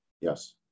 Yes